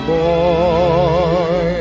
boy